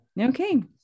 okay